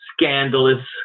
scandalous